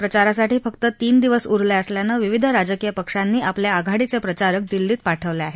प्रचारासाठी फक्त तीन दिवस उरले असल्यानं विविध राजकीय पक्षांनी आपले आघाडीचे प्रचारक दिल्लीत पाठवले आहेत